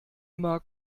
immer